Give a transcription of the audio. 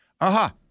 aha